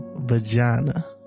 vagina